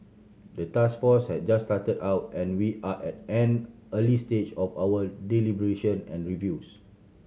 the task force has just started and we are at an early stage of our deliberation and reviews